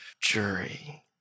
jury